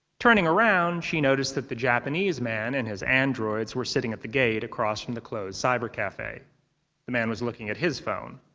turning around, she noticed that the japanese man and his androids were sitting at the gate across from the closed cybercafe. the man was looking at his phone.